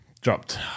dropped